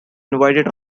invited